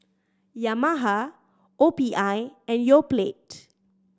Yamaha O P I and Yoplait